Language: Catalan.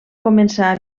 començar